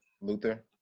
Luther